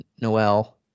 Noel